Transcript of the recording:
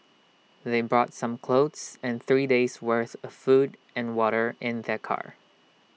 they brought some clothes and three days' worth of food and water in their car